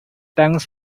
thanks